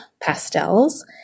pastels